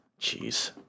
Jeez